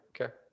Okay